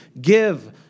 give